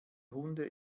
hunde